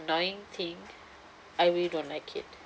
annoying thing I really don't like it